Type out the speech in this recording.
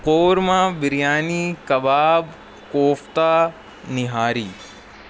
korma biryani kebab kofta nihari